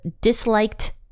disliked